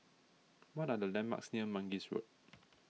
what are the landmarks near Mangis Road